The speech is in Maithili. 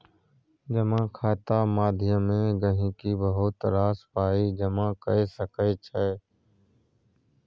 जमा खाता माध्यमे गहिंकी बहुत रास पाइ जमा कए सकै छै